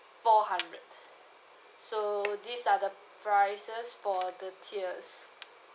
four hundred so these are the prices for the tiers